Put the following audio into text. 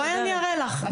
בסדר, בואי אני אראה לך.